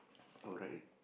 oh write already